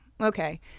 okay